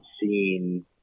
seen